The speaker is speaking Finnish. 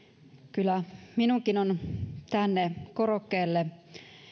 kyllä minunkin on tänne korokkeelle